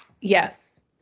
Yes